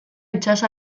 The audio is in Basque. itsas